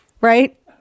right